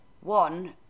one